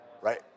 Right